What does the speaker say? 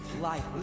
life